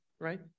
right